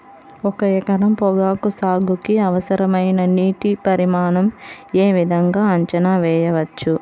ఒక ఎకరం పొగాకు సాగుకి అవసరమైన నీటి పరిమాణం యే విధంగా అంచనా వేయవచ్చు?